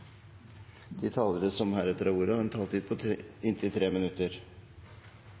De talere som heretter får ordet, har en taletid på inntil 3 minutter.